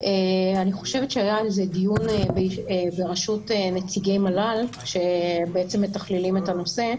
אני חושבת שהיה על זה דיון בראשות נציגי מל"ל שמתכללים את הנושא,